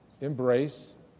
embrace